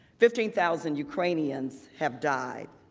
fifteen thousand ukrainians have died.